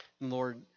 Lord